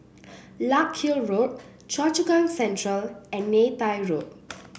Larkhill Road Choa Chu Kang Central and Neythai Road